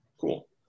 Cool